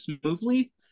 smoothly